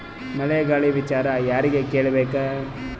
ಮಳೆ ಗಾಳಿ ವಿಚಾರ ಯಾರಿಗೆ ಕೇಳ್ ಬೇಕು?